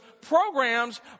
programs